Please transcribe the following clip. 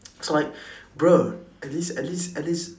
so like bruh at least at least at least